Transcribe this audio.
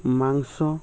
ମାଂସ